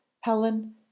Helen